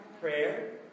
Prayer